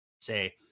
say